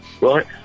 Right